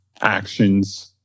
actions